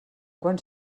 quan